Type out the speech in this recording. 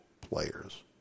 players